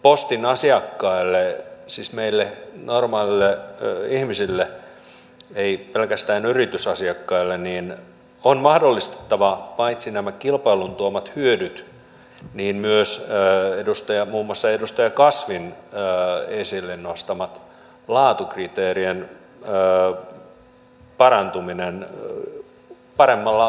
postin asiakkaille siis meille normaaleille ihmisille ei pelkästään yritysasiakkaille on mahdollistettava paitsi nämä kilpailun tuomat hyödyt myös muun muassa edustaja kasvin esille nostama laatukriteerien parantuminen paremmalla valvonnalla